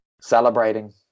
celebrating